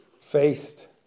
faced